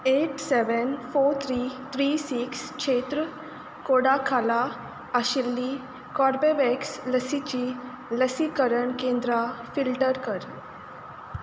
eight seven four three three six क्षेत्र कोडा खाला आशिल्लीं कॉर्बेवॅक्स लसीचीं लसीकरण केंद्रां फिल्टर कर